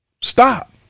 Stop